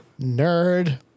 nerd